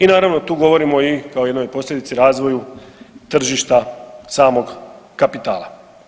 I naravno tu govorimo i kao jednoj posljedici, razvoju tržišta samog kapitala.